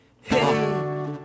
Hey